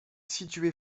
situé